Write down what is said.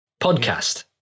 podcast